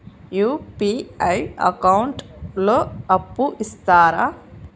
UPI account లో అప్పు ఇస్తరా?